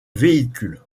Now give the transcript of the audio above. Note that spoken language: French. véhicule